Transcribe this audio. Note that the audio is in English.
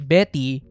Betty